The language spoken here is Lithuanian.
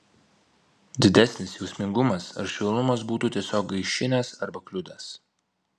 didesnis jausmingumas ar švelnumas būtų tiesiog gaišinęs arba kliudęs